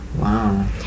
Wow